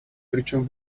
причем